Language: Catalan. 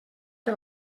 que